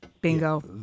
Bingo